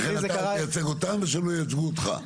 לכן, אתה לא תייצג אותם ושהם לא ייצגו אותך.